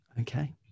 okay